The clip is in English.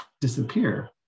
disappear